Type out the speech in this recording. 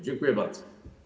Dziękuję bardzo.